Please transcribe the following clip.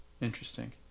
Interesting